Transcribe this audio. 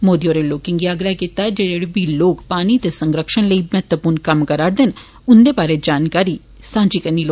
मोदी होरें लोकें गी आग्रह कीता जे जेड़े बी लोक पानी दे संरक्षण लेई महत्वपूर्ण कम्म करा रदे न उंदे बारे जानकारी सांझी कीती जा